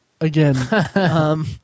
again